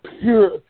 pure